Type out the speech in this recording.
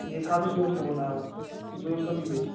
بییٛہِ تھاو تہٕ ظہور صٲبُن ناو ظہور صٲب میٖر